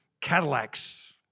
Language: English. Cadillacs